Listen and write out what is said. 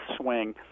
swing